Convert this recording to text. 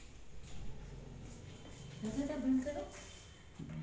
हा दादा बंदि करो